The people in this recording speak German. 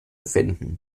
wenden